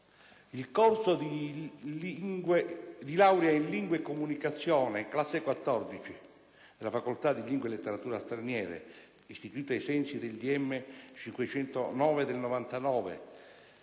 il corso di laurea in lingue e comunicazione, classe 14, della facoltà di lingue e letterature straniere, istituito ai sensi del decreto